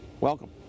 welcome